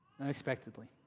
unexpectedly